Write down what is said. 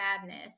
sadness